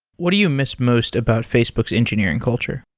what do you miss most about facebook's engineering culture?